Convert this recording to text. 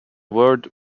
word